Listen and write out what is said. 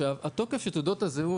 התוקף של תעודות הזהות,